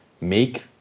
make